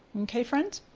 okay, friends?